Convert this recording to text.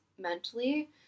mentally